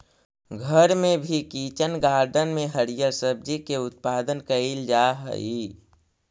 घर में भी किचन गार्डन में हरिअर सब्जी के उत्पादन कैइल जा हई